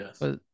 Yes